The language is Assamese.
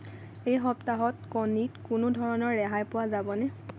এই সপ্তাহত কণীত কোনো ধৰণৰ ৰেহাই পোৱা যাবনে